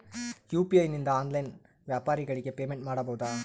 UPI ನಿಂದ online ವ್ಯಾಪಾರಗಳಿಗೆ payment ಮಾಡಬಹುದಾ?